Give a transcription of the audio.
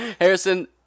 Harrison